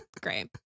great